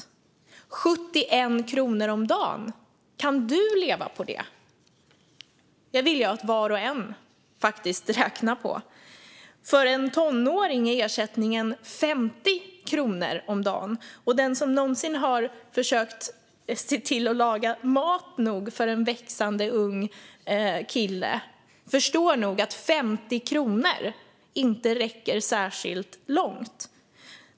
Kan du leva på 71 kronor om dagen? Det vill jag att var och en räknar på. För en tonåring är ersättningen 50 kronor om dagen. Den som någon gång har försökt se till att laga tillräckligt med mat för en växande ung kille förstår nog att 50 kronor inte räcker särskilt långt.